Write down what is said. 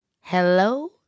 Hello